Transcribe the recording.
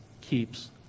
keeps